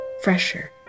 fresher